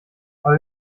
aber